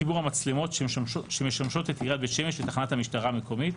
חיבור המצלמות שמשמשות את עיריית בית שמש ותחנת המשטרה המקומית,